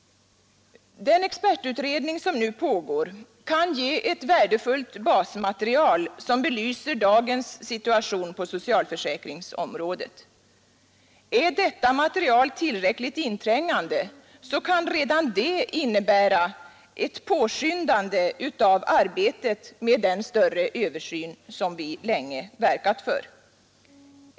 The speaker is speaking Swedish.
Den expertutredning som nu sker kan ge ett värdefullt basmaterial som belyser dagens situation på socialförsäkringsområdet. Är detta material tillräckligt inträngande så kan redan det innebära ett påskyndande av arbetet med den större översyn som vi länge verkat för.